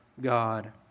God